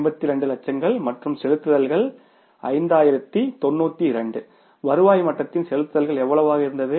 52 லட்சங்கள் மற்றும் செலுத்துதல்கள் 5092 வருவாய் மட்டத்தின்படி செலுத்துதல்கள் எவ்வளவு இருந்தது